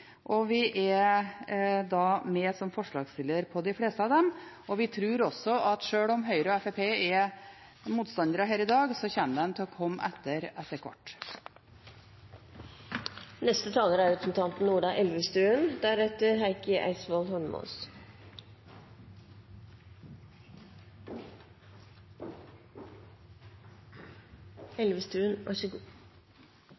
og vi er med som forslagsstiller på de fleste av dem. Vi tror også at sjøl om Høyre og Fremskrittspartiet er motstandere av dette i dag, kommer de til å komme etter etter hvert. Biodrivstoff er